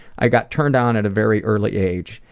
i got turned on at a very early age.